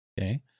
Okay